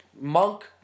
Monk